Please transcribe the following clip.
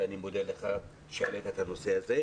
ואני מודה לחבר הכנסת יוראי להב הרצנו שהעלה את הנושא הזה.